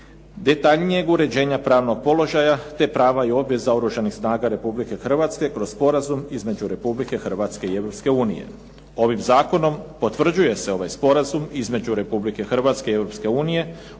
detaljnijeg uređenja pravnog položaja te prava i obveza Oružanih snaga Republike Hrvatske kroz sporazum između Republike Hrvatske i Europske unije. Ovim zakonom potvrđuje se ovaj sporazum između Republike Hrvatske i Europske